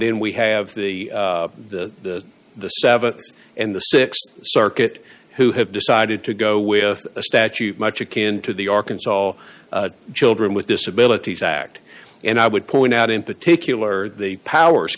then we have the the the sabbaths and the th circuit who have decided to go with a statute much akin to the arkansas all children with disabilities act and i would point out in particular the powers